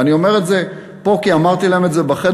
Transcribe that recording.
ואני אומר את זה פה כי אמרתי להם את זה בחדר.